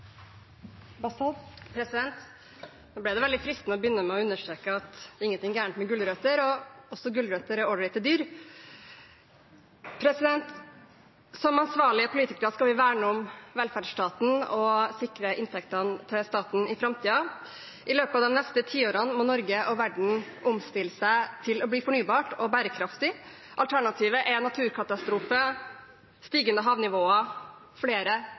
ingenting galt med gulrøtter – og også gulrøtter er allrighte dyr. Som ansvarlige politikere skal vi verne om velferdsstaten og sikre inntektene til staten i framtiden. I løpet av de neste tiårene må Norge og verden omstille seg til å bli fornybar og bærekraftig. Alternativet er naturkatastrofer, stigende havnivåer og flere